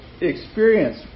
experience